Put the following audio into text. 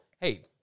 hey